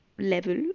Level